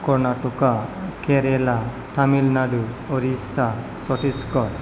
Karnataka Kerala Tamil Nadu Orissa Chhattisgarh